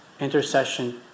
Intercession